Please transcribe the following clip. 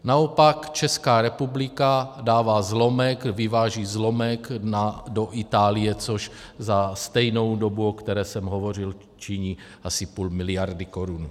Naopak Česká republika dává zlomek, vyváží zlomek do Itálie, což za stejnou dobu, o které jsem hovořil, činí asi půl miliardy korun.